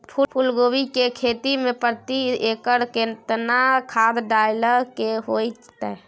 फूलकोबी की खेती मे प्रति एकर केतना खाद डालय के होय हय?